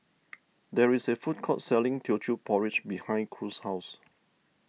there is a food court selling Teochew Porridge behind Cruz's house